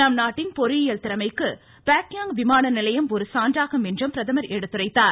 நம்நாட்டின் பொறியியல் திறமைக்கு ீயமலழபெ விமான நிலையம் ஒரு சான்றாகும் என்றும் அவர் எடுத்துரைத்தார்